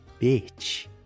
bitch